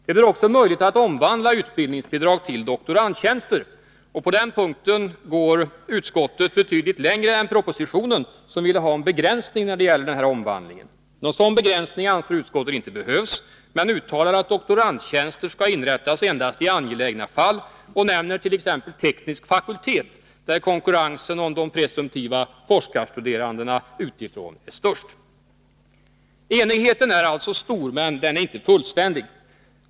Det blir också möjligt att omvandla utbildningsbidrag till doktorandtjänster. På den punkten går utskottet betydligt längre än propositionen, som ville ha en begränsning när det gäller denna omvandling. Någon sådan begränsning anser utskottet inte behövs, men uttalar att doktorandtjänster skall inrättas endast i angelägna fall och nämner t.ex. teknisk fakultet, där konkurrensen om de presumtiva forskarstuderandena utifrån är störst. Enigheten är alltså stor, men den är inte fullständig.